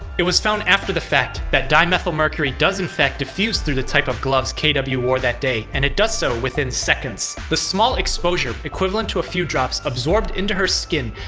it was found after the fact that, dimethylmercury does in fact diffuse through the type of gloves kw wore that day, and it does so within seconds. the small exposure equivalent to a few drops absorbed into her skin,